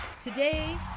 today